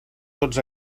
tots